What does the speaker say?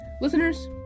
Listeners